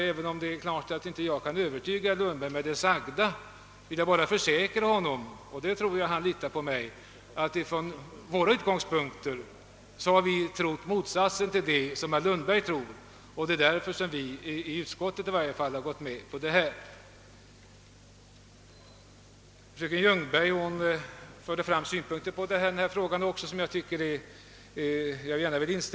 Även om jag inte kunnat övertyga herr Lundberg med vad jag nu har sagt kan jag ändå försäkra honom — och då tror jag att han litar på mig — att vi har trott motsatsen till vad herr Lundberg tror. Därför har vi i utskottet gått med på vad som här föreslagits. Sedan anlade fröken Ljungberg en del synpunkter på denna fråga, och dem instämmer jag gärna i.